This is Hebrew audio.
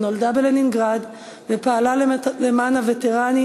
שנולדה בלנינגרד ופעלה למען הווטרנים